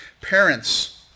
Parents